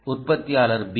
உற்பத்தியாளர் b